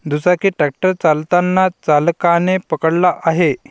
दुचाकी ट्रॅक्टर चालताना चालकाने पकडला आहे